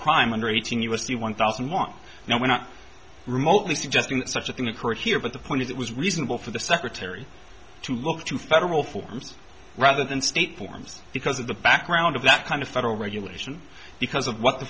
crime under eighteen u s c one thousand one now we're not remotely suggesting that such a thing occurred here but the point is it was reasonable for the secretary to look to federal forms rather than state forms because of the background of that kind of federal regulation because of what the